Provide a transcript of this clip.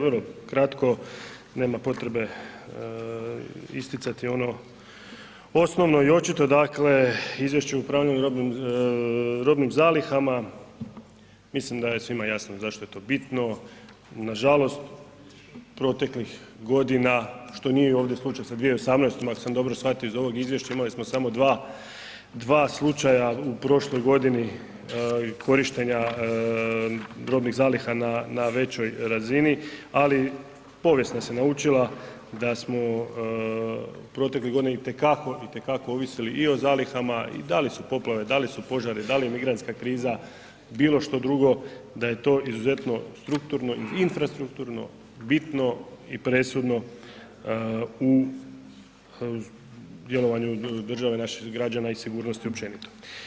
Vrlo kratko, nema potrebe isticati ono osnovno i očito dakle, Izvješće o upravljanju robnim zalihama, mislim da je svima jasno zašto je to bitno, nažalost proteklih godina što nije ovdje slučaj sa 2018. ako sam dobro shvatio, iz ovog izvješća imali smo samo dva slučaja u prošloj godini korištenja robnih zaliha na većoj razini ali povijest nas je naučila da smo proteklih godina itekako, itekako ovisili i o zalihama i da lis u poplave i da li su požari, da li je migrantska kriza, bilo što drugo, da je to izuzetno strukturno i infrastrukturno bitno i presudno u djelovanju države naših građana i sigurnosti općenito.